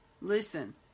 Listen